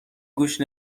گوش